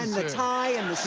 and the tie and the so